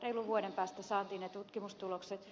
reilun vuoden päästä saatiin ne tutkimustulokset